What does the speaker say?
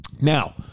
Now